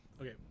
Okay